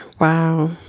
wow